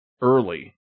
early